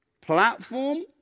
platform